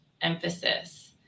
emphasis